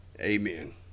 Amen